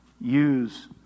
use